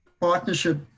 partnership